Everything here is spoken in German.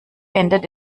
endet